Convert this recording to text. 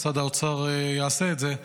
משרד האוצר יעשה את זה,